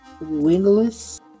wingless